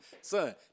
Son